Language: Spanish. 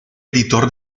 editor